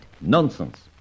Nonsense